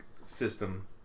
system